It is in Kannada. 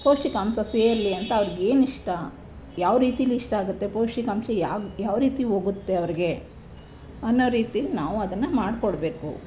ಪೌಷ್ಟಿಕಾಂಶ ಸೇರಲಿ ಅಂತ ಅವ್ರ್ಗೆ ಏನು ಇಷ್ಟ ಯಾವ ರೀತಿಲಿ ಇಷ್ಟ ಆಗುತ್ತೆ ಪೌಷ್ಟಿಕಾಂಶ ಯಾವ ಯಾವ ರೀತಿ ಹೋಗುತ್ತೆ ಅವ್ರಿಗೆ ಅನ್ನೋ ರೀತಿಲಿ ನಾವು ಅದನ್ನು ಮಾಡ್ಕೊಡ್ಬೇಕು